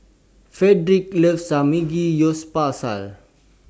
Fredrick loves Samgeyopsal